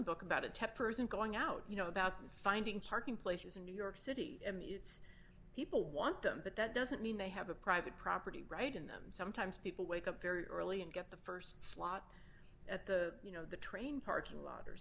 trillin book about a tech person going out you know about finding parking places in new york city i mean it's people want them but that doesn't mean they have a private property right in them sometimes people wake up very early and get the st slot at the you know the train parking lot or